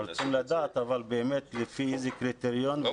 אבל אנחנו רוצים לדעת באמת לפי איזה קריטריון ולמי.